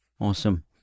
awesome